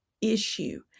issue